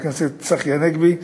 חבר הכנסת צחי הנגבי,